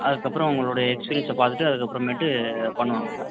அதுக்கப்புறம் உங்களுடைய எக்ஸ்பீரியன்ஸை பார்த்துட்டு அதுக்கப்புறமேட்டு பண்ணுவாங்கள் சார்